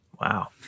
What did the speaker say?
wow